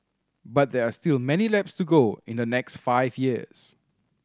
but there are still many laps to go in the next five years